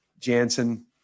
Jansen